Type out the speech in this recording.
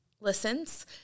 listens